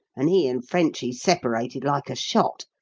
and he and frenchy separated like a shot.